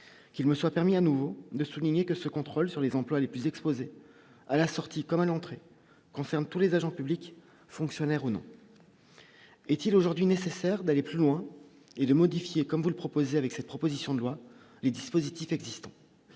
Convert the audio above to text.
qu'il me soit permis à nouveau de souligner que ce contrôle sur les emplois les plus exposés à la sortie, comme à l'entrée concerne tous les agents publics, fonctionnaires ou non, est-il aujourd'hui nécessaire d'aller plus loin et de modifier comme vous le proposez, avec cette proposition de loi les dispositifs existants,